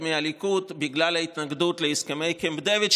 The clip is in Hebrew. מהליכוד בגלל ההתנגדות להסכמי קמפ דייוויד,